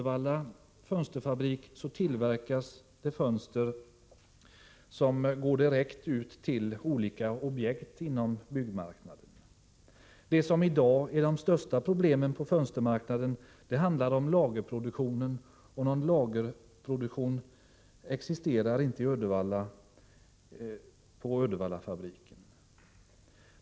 Vid fönsterfabriken i Uddevalla tillverkas fönster som går direkt ut till olika objekt inom byggmarknaden. Det som i dag är det största problemet på fönstermarknaden är lagerproduktionen, och någon sådan existerar inte i Uddevallafabriken.